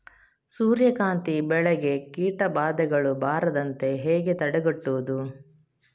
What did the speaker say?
ಸೂರ್ಯಕಾಂತಿ ಬೆಳೆಗೆ ಕೀಟಬಾಧೆಗಳು ಬಾರದಂತೆ ಹೇಗೆ ತಡೆಗಟ್ಟುವುದು?